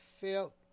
felt